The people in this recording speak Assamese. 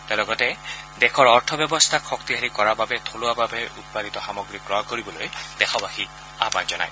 তেওঁ লগতে দেশৰ অৰ্থব্যৱস্থাক শক্তিশালী কৰাৰ বাবে দেশবাসীক থলুৱাভাৱে উৎপাদিত সামগ্ৰী ক্ৰয় কৰিবলৈ দেশবাসীক আহান জনায়